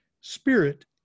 spirit